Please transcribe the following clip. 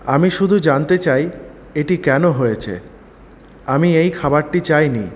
আমি শুধু জানতে চাই এটি কেন হয়েছে আমি এই খাবারটি চাইনি